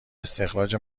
استخراج